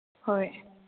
ꯍꯣꯏ